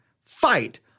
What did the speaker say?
fight